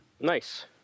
Nice